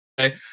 okay